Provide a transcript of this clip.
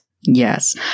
Yes